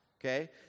Okay